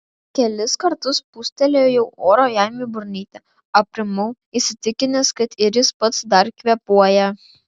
kelis kartus pūstelėjau oro jam į burnytę aprimau įsitikinęs kad ir jis pats dar kvėpuoja